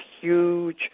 huge